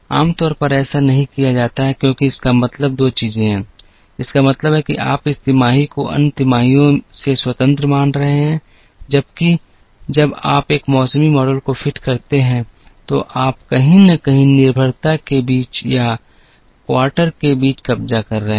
आम तौर पर ऐसा नहीं किया जाता है क्योंकि इसका मतलब 2 चीजें हैं इसका मतलब है कि आप इस तिमाही को अन्य 3 तिमाहियों से स्वतंत्र मान रहे हैं जबकि जब आप एक मौसमी मॉडल को फिट करते हैं तो आप कहीं न कहीं निर्भरता के बीच या क्वार्टर के बीच कब्जा कर रहे हैं